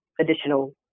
additional